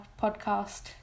podcast